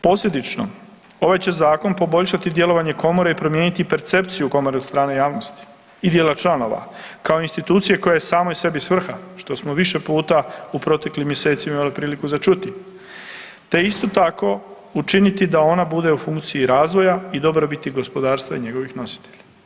Posljedično, ovaj će zakon poboljšati djelovanje komore i promijeniti percepciju komore od strane javnosti i dijela članova kao institucije koja je samoj sebi svrha, što smo više puta u proteklih mjeseci imali priliku za čuti te isto tako učiniti da ona bude u funkciji razvoja i dobrobiti gospodarstva i njegovih nositelja.